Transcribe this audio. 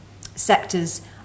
sectors